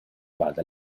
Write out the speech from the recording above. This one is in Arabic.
بعد